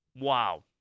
Wow